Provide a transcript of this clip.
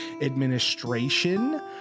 administration